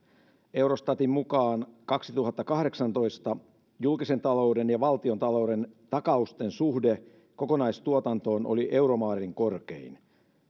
eurostatin mukaan kaksituhattakahdeksantoista julkisen talouden ja valtiontalouden takausten suhde kokonaistuotantoon oli euromaiden korkein